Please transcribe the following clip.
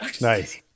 Nice